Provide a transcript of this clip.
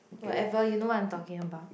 whatever you know what I'm talking about